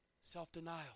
Self-denial